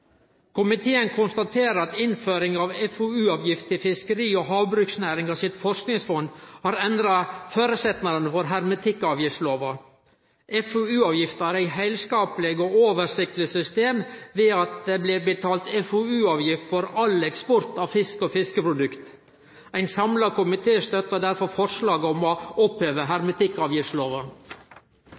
Komiteen konstaterer at innføringa av FoU-avgift til Fiskeri- og havbruksnæringa sitt forskingsfond har endra føresetnadene for hermetikkavgiftslova. FoU-avgifta er eit heilskapleg og oversiktleg system ved at det blir betalt FoU-avgift for all eksport av fisk og fiskeprodukt. Ein samla komité støttar derfor forslaget om å oppheve hermetikkavgiftslova.